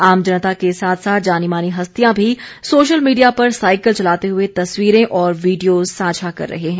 आम जनता के साथ साथ जानी मानी हस्तियां भी सोशल मीडिया पर साइकिल चलाते हुए तस्वीरें और वीडियो साझा कर रहे हैं